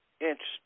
interesting